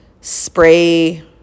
spray